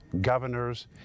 governors